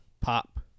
Pop